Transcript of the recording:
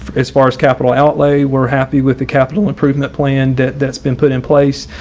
as far as capital outlay, we're happy with the capital improvement plan that's been put in place.